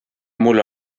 mul